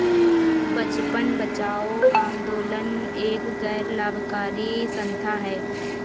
बचपन बचाओ आंदोलन एक गैर लाभकारी संस्था है